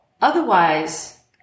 Otherwise